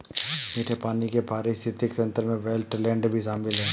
मीठे पानी के पारिस्थितिक तंत्र में वेट्लैन्ड भी शामिल है